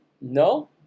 No